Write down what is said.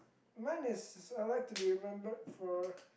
mine is I like to be remembered for